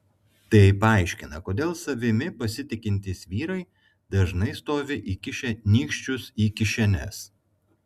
tai paaiškina kodėl savimi pasitikintys vyrai dažnai stovi įkišę nykščius į kišenes